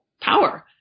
power